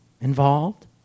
involved